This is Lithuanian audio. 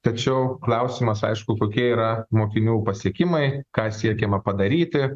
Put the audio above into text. tačiau klausimas aišku kokie yra mokinių pasiekimai ką siekiama padaryti